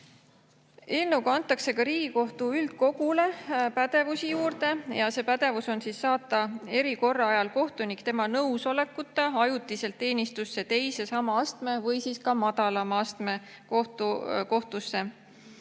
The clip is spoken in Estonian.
Eelnõuga antakse ka Riigikohtu üldkogule pädevust juurde: saata erikorra ajal kohtunik tema nõusolekuta ajutiselt teenistusse teise sama astme või madalama astme kohtusse.